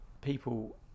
people